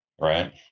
right